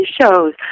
shows